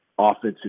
offensive